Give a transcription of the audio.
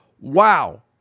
Wow